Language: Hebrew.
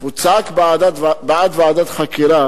וצעק בעד ועדת חקירה,